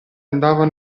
andava